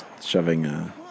shoving